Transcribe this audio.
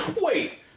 Wait